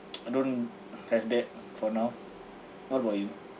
I don't have that for now what about you